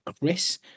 Chris